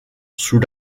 sous